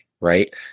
right